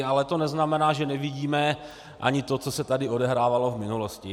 Ale to neznamená, že nevidíme ani to, co se tady odehrávalo v minulosti.